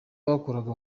bakoraga